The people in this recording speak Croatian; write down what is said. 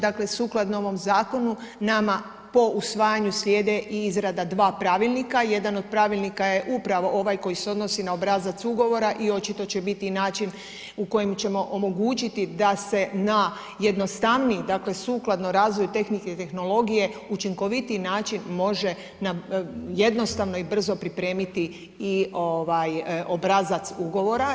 Dakle sukladno ovom zakonu nama po usvajanju slijede izrada dva pravilnika, jedan od pravilnika je upravo ovaj koji se odnosi na obrazac ugovora i očito će biti i način u kojem ćemo omogućiti da se na jednostavniji, dakle sukladno razvoju tehnike i tehnologije, učinkovitiji način može jednostavno i brzo pripremiti i obrazac ugovora.